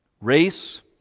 Race